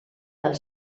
del